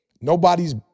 nobody's